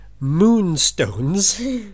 Moonstones